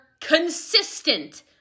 consistent